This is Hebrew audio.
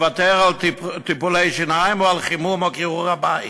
לוותר על טיפולי שיניים או על חימום הבית?